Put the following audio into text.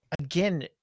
Again